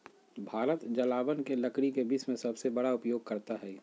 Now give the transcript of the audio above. भारत जलावन के लकड़ी के विश्व में सबसे बड़ा उपयोगकर्ता हइ